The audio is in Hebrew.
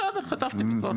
בסדר, חטפתי ביקורת.